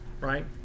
Right